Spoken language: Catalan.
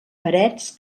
parets